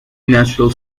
natural